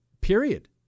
period